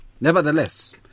Nevertheless